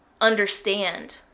understand